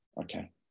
Okay